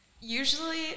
Usually